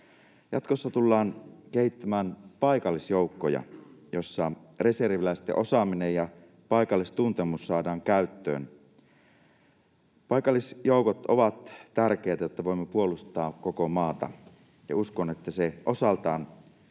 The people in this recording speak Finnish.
Jatkossa tullaan kehittämään paikallisjoukkoja, joissa reserviläisten osaaminen ja paikallistuntemus saadaan käyttöön. Paikallisjoukot ovat tärkeitä, jotta voimme puolustaa koko maata, ja uskon, että se osaltaan